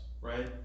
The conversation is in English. right